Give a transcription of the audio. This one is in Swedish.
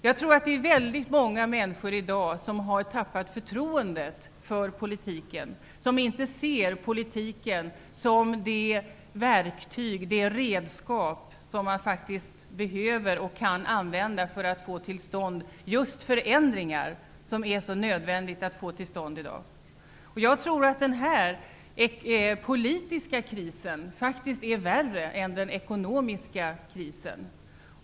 Jag tror att väldigt många människor i dag har tappat förtroendet för politiken och inte ser politiken såsom det verktyg, det redskap som man faktiskt behöver och kan använda för att få till stånd just förändringar, som är så nödvändiga i dag. Jag tror att den politiska krisen är värre än den ekonomiska krisen.